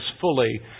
fully